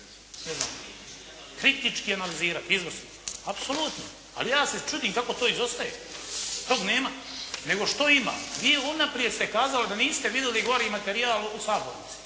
kritički analizirati, izvrsno. Apsolutna. Ali ja se čudim kako to izostaje. Tog nema. Nego što ima? Vi unaprijed ste kazali da niste vidjeli gori materijal u Saboru.